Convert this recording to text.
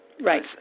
Right